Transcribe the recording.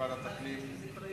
לוועדת הפנים,